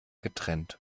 getrennt